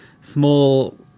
small